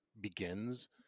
begins